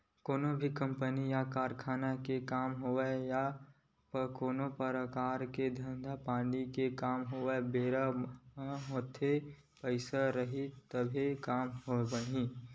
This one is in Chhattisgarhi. कोनो भी कंपनी या कारखाना के काम होवय या कोनो परकार के धंधा पानी के काम होवय बेरा म हात म पइसा रइही तभे काम ह बनही